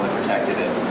protected it.